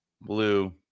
blue